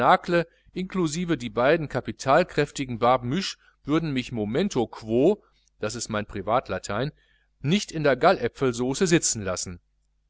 inclusive die beiden kapitalkräftigen barbemuches würden mich momento quo das ist mein privatlatein nicht in der galläpfelsauce sitzen lassen